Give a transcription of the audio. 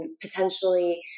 potentially